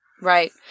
Right